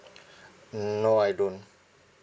no I don't